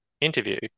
interview